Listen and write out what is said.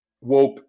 woke